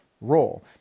role